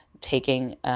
taking –